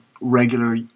regular